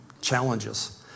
challenges